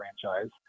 franchise